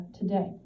today